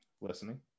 Listening